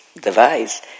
device